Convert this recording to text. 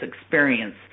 experience